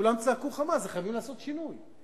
כולם זעקו חמס: חייבים לעשות שינוי.